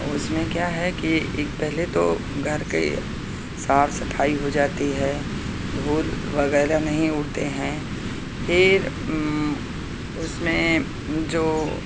उसमें क्या है कि पहले तो घर के साफ सफाई हो जाती है धूल वगैरह नहीं उड़ते हैं फिर उसमें जो